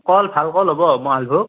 কল ভাল কল হ'ব মালভোগ